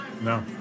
No